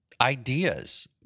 ideas